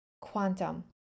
quantum